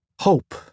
Hope